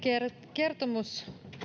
kertomus